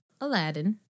Aladdin